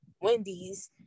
Wendy's